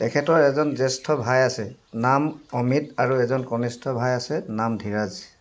তেখেতৰ এজন জ্যেষ্ঠ ভাই আছে নাম অমিত আৰু এজন কনিষ্ঠ ভাই আছে নাম ধীৰাজ